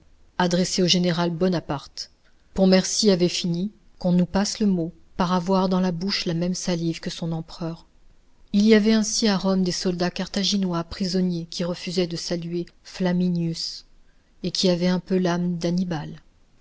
adressées au général bonaparte pontmercy avait fini qu'on nous passe le mot par avoir dans la bouche la même salive que son empereur il y avait ainsi à rome des soldats carthaginois prisonniers qui refusaient de saluer flaminius et qui avaient un peu de l'âme d'annibal